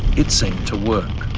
it seemed to work.